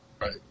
right